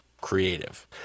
creative